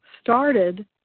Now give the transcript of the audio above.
started